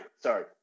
sorry